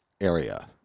area